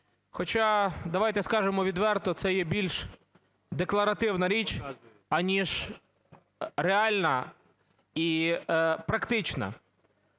Хоча, давайте скажемо відверто, це є більш декларативна річ, аніж реальна і практична.